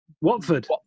Watford